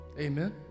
Amen